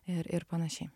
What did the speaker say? ir ir panašiai